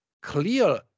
clear